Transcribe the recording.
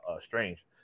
strange